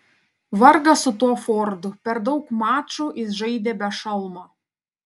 vargas su tuo fordu per daug mačų jis žaidė be šalmo